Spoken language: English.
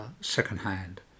secondhand